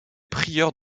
prieur